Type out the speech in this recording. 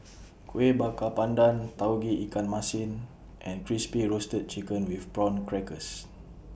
Kueh Bakar Pandan Tauge Ikan Masin and Crispy Roasted Chicken with Prawn Crackers